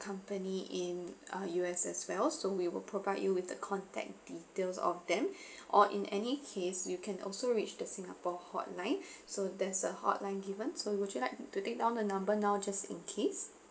company in uh U_S as well so we will provide you with the contact details of them or in any case you can also reached the singapore hotline so there's a hotline given so would you like to take down the number now just in case